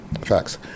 Facts